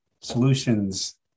solutions